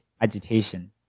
agitation